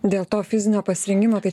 dėl to fizinio pasirengimo tai